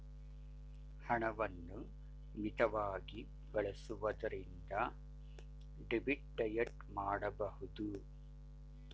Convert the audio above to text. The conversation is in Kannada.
ಹಣವನ್ನು ಮಿತವಾಗಿ ಬಳಸುವುದರಿಂದ ಡೆಬಿಟ್ ಡಯಟ್ ಮಾಡಬಹುದು